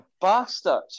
bastards